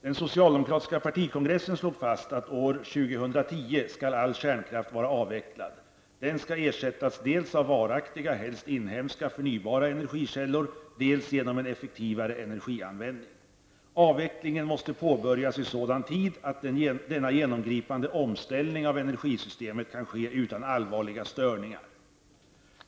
Den socialdemokratiska partikongressen slog fast att all kärnkraft skall vara avvecklad år 2010. Den skall ersättas dels av varaktiga, helst inhemska och förnybara energikällor, dels genom en effektivare energianvändning. Avvecklingen måste påbörjas i sådan tid att denna genomgripande omställning av energisystemet kan ske utan allvarliga störningar.